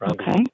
Okay